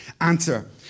answer